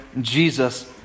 Jesus